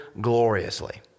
gloriously